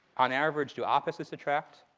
on average, do opposites attract?